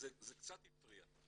קצת הפריע.